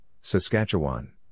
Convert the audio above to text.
Saskatchewan